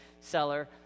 seller